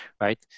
right